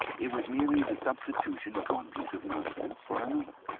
it was merely the substitution of one piece of nonsense for another.